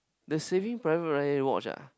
the saving private Ryan you watch ah